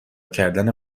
کردن